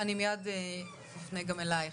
אני מיד אפנה אליך.